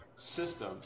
system